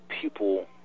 people